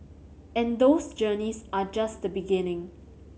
and those journeys are just the beginning